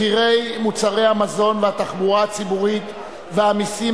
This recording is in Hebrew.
מחירי מוצרי המזון והתחבורה הציבורית והמסים